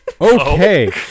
okay